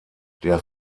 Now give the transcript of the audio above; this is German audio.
der